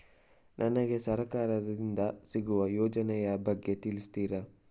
ನನಗೆ ಸರ್ಕಾರ ದಿಂದ ಸಿಗುವ ಯೋಜನೆ ಯ ಬಗ್ಗೆ ತಿಳಿಸುತ್ತೀರಾ?